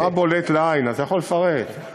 מה בולט לעין, אתה יכול לפרט?